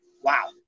wow